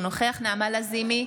אינו נוכח נעמה לזימי,